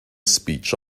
speech